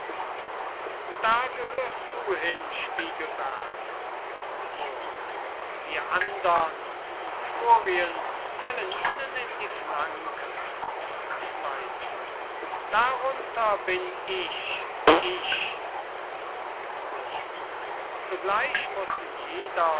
schweizer da gehörst du hin spiegelberg moor wir andern wie furien fallen ihnen in die flanken schweizer darunter bin ich ich moor zugleich muß jeder